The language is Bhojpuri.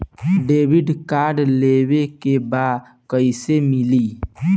डेबिट कार्ड लेवे के बा कईसे मिली?